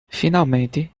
finalmente